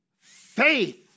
faith